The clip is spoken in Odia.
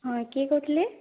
ହଁ କିଏ କହୁଥିଲେ